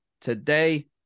Today